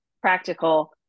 practical